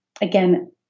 again